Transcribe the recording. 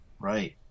Right